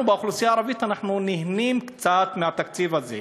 אנחנו באוכלוסייה הערבית נהנים קצת מהתקציב הזה.